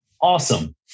awesome